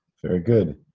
very good.